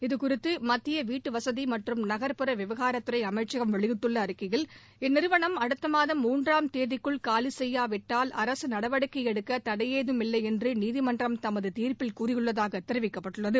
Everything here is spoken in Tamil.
இது குறித்து மத்திய வீட்டுவசதி மற்றும் நக்புற விவகாரத் துறை அமைச்சகம் வெளியிட்டுள்ள அறிக்கையில் இந்நிறுவனம் அடுத்த மாதம் மூன்றாம் தேதிக்குள் காலி செய்யாவிட்டால் அரசு நடவடிக்கை எடுக்க தடை ஏதும் இல்லை என்று நீதிமன்றம் தமது தீர்ப்பில் கூறியுள்ளதாக தெரிவிக்கப்பட்டுள்ளது